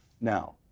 now